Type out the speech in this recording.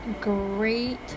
great